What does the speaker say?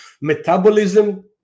metabolism